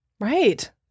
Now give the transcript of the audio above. right